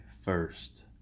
first